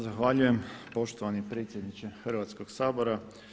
Zahvaljujem poštovani predsjedniče Hrvatskog sabora.